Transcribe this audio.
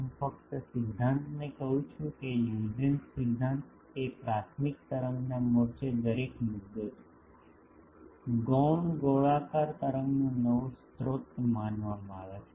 હું ફક્ત સિદ્ધાંતને કહું છું કે હ્યુજેન્સ સિદ્ધાંત એ પ્રાથમિક તરંગના મોરચે દરેક મુદ્દો છે ગૌણ ગોળાકાર તરંગનો નવો સ્રોત માનવામાં આવે છે